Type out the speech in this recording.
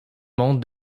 montre